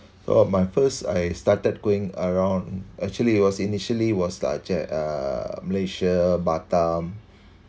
so my first I started going around actually it was initially was just uh malaysia batam